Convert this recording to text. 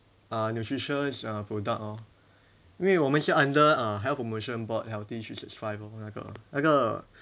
uh nutritious uh product lor 因为我们是 under err health promotion board healthy three six five lor 那个那个